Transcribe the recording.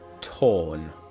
torn